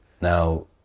Now